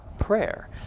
prayer